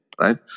right